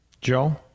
Joe